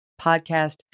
podcast